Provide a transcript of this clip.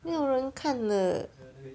没有人看的